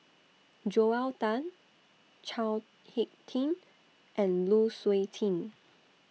Joel Tan Chao Hick Tin and Lu Suitin